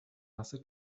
nasse